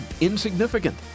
insignificant